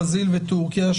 ברזיל וטורקיה,